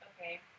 Okay